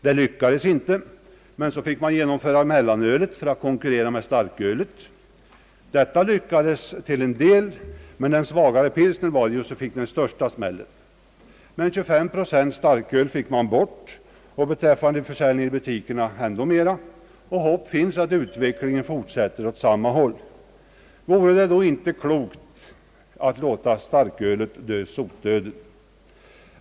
Det lyckades inte, men så infördes mellanölet för att konkurrera med starkölet. Detta lyckades till en del men den svagare pilsnern fick den största smällen. Men 25 procent starköl fick man bort, och beträffande försäljning i butikerna ändå mera, och hopp finns att utvecklingen fortsätter åt samma håll. Vore det då inte klokt att låta starkölet dö sotdöden?